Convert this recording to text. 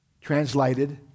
Translated